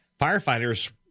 Firefighters